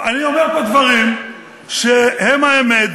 אני אומר פה דברים שהם האמת,